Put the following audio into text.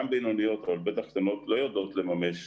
גם בינוניות אבל בטח קטנות לא יודעות לממש